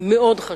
הוא מאוד חשוב,